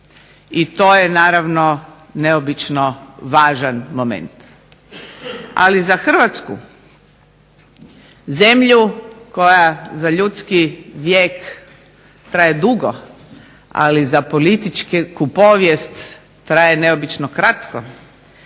i to je naravno neobično važan moment ali za Hrvatsku, zemlju koja za ljudski vijek traje dugo, ali za političku povijest traje neobično kratko,